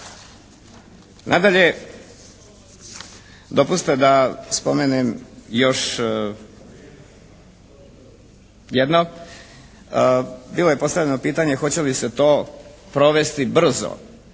Nadalje, dopustite da spomenem još jedno. Bilo je postavljeno pitanje hoće li se to provesti brzo.